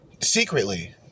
secretly